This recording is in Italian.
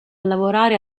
lavorare